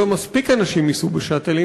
לא מספיק אנשים נסעו ב"שאטלים"